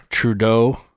Trudeau